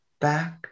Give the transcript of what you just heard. back